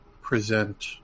present